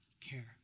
care